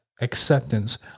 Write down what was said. acceptance